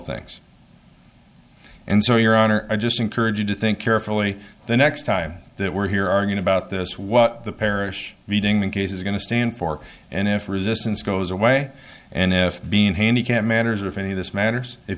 things and so your honor i just encourage you to think carefully the next time that we're here are going about this what the parish reading the case is going to stand for and if resistance goes away and if being handicapped matters or if any of this matters if